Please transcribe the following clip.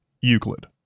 Euclid